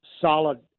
solid